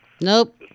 Nope